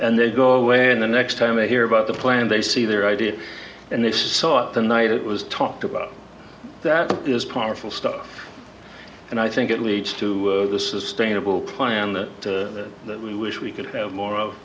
and they go away and the next time you hear about the plan they see their idea and they saw it the night it was talked about that is powerful stuff and i think it leads to a sustainable planet that we wish we could have more of